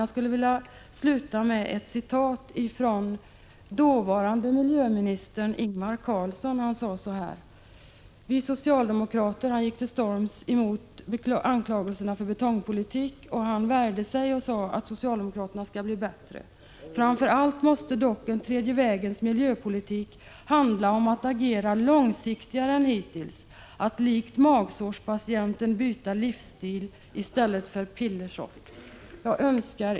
Jag skulle vilja sluta genom att återge vad dåvarande miljöministern Ingvar Carlsson hade att säga då han gick till storms emot anklagelserna att socialdemokratin fört betongpolitik. Han värjde sig och sade att socialdemokraterna skulle bli bättre. Framför allt måste dock en tredje vägens miljöpolitik handla om att agera långsiktigare än hittills, att likt magsårspatienten byta livsstil i stället för pillersort, sade han.